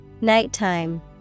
Nighttime